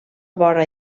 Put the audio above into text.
vora